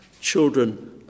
children